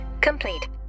complete